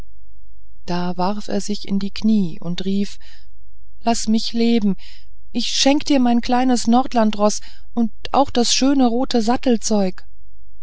da warf er sich in die knie und rief laß mich leben ich schenke dir mein kleines nordlandsroß und auch das schöne rote sattelzeug